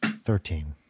Thirteen